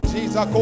Jesus